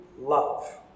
love